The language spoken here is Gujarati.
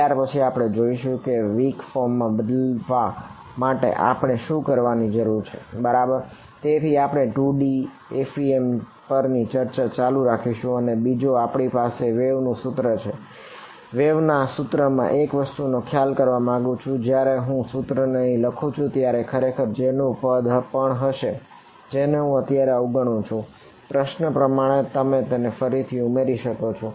ત્યારપછી આપણે જોશું કે વીક ફોર્મ ના સૂત્ર માં એક વસ્તુનો ઉલ્લેખ કરવા માંગુ છું કે જયારે હું આ સૂત્રને અહીં લખું ચુ ત્યારે ત્યાં ખરેખર J નું પદ પણ હશે જેને હું અત્યારે અવગણુ છું પ્રશ્ન પ્રમાણે તમે તેને ફરીથી ઉમેરી શકો છો